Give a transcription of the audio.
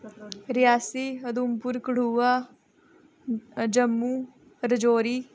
Reasi Udhampur Kathua Jammu Rajouri